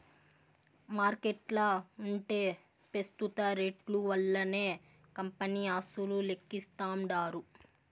మార్కెట్ల ఉంటే పెస్తుత రేట్లు వల్లనే కంపెనీ ఆస్తులు లెక్కిస్తాండారు